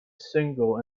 single